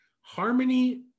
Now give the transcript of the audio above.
Harmony